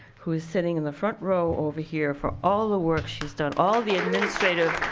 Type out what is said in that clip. who is sitting in the front row over here, for all the work she's done, all the administrative